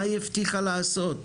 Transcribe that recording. מה היא הבטיחה לעשות,